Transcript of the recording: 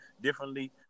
differently